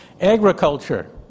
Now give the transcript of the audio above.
Agriculture